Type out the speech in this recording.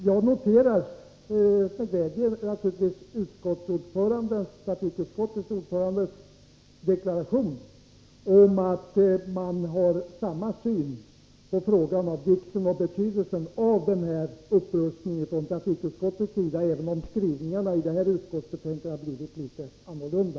Jag noterar naturligtvis med glädje trafikutskottets ordförandes deklaration om att man har samma syn på vikten och betydelsen av den här upprustningen från trafikutskottets sida, även om skrivningarna i det här utskottsbetänkandet har blivit litet annorlunda.